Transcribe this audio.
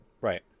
Right